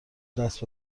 دست